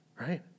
right